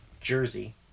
Jersey